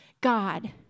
God